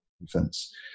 infants